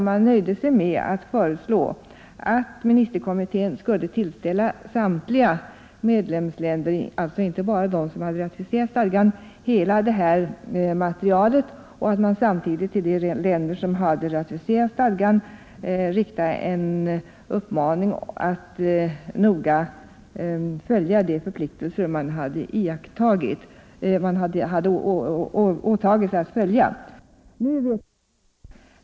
Man nöjde sig därför med att föreslå att ministerkommittén skulle tillställa samtliga medlemsländer, alltså inte bara de som hade ratificerat stadgan, hela materialet och att man samtidigt till de länder som hade ratificerat stadgan skulle rikta en uppmaning att noga följa de förpliktelser man hade åtagit sig att följa.